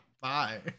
Bye